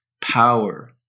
power